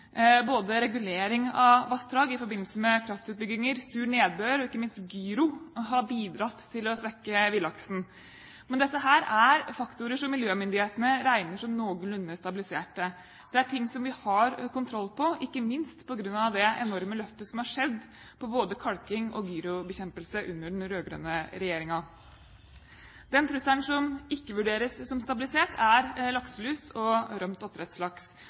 Både regulering av vassdrag i forbindelse med kraftutbygginger, sur nedbør og ikke minst gyro har bidratt til å svekke villlaksen. Men dette er faktorer som miljømyndighetene regner som noenlunde stabilisert. Det er ting som vi har kontroll på, ikke minst på grunn av det enorme løftet som har skjedd når det gjelder både kalking og gyrobekjempelse under den rød-grønne regjeringen. Den trusselen som ikke vurderes som stabilisert, er lakselus og rømt oppdrettslaks.